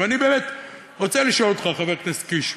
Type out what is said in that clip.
אני באמת רוצה לשאול אותך, חבר הכנסת קיש,